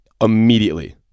Immediately